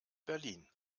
berlin